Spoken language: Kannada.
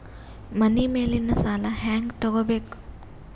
ಮನಿ ಮೇಲಿನ ಸಾಲ ಹ್ಯಾಂಗ್ ತಗೋಬೇಕು?